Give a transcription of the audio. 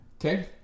Okay